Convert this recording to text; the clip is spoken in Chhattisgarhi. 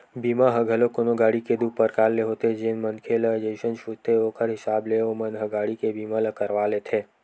बीमा ह घलोक कोनो गाड़ी के दू परकार ले होथे जेन मनखे ल जइसन सूझथे ओखर हिसाब ले ओमन ह गाड़ी के बीमा ल करवा लेथे